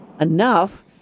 enough